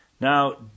Now